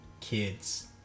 Kids